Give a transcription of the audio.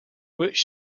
which